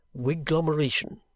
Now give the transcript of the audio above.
wigglomeration